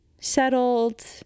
settled